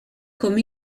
comme